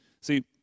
See